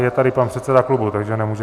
Je tady pan předseda klubu, takže nemůžete...